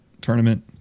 tournament